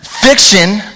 Fiction